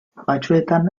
batzuetan